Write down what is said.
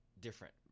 different